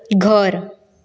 घर